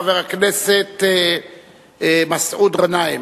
חבר הכנסת מסעוד גנאים.